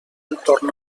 entorn